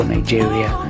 Nigeria